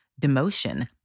demotion